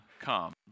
comes